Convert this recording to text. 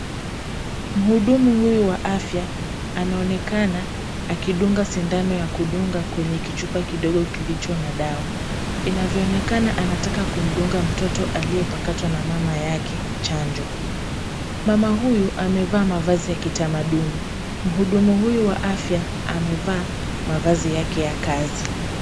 Mhudumu huyu wa afya, anaonekana akidunga sindano ya kudunga kwenye kichupa kidogo kilicho na dawa. Inavyoonekana anataka kumdunga mtoto aliyepakatwa na mama yake chanjo. Mama huyu amevaa mavazi ya kitamaduni. Mhudumu huyu wa afya amevaa mavazi yake ya kazi.